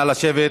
נא לשבת,